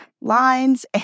lines